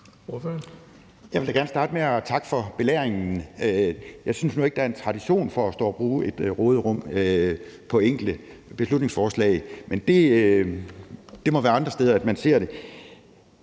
Jeg vil gerne starte med at takke for belæringen. Jeg synes nu ikke, der er tradition for at bruge råderummet i de enkelte beslutningsforslag – det må være andre steder, man ser det.